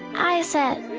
i said,